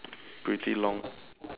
pretty long